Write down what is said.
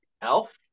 Elf